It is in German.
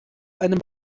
einem